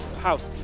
house